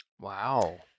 Wow